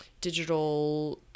digital